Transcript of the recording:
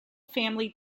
family